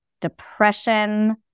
depression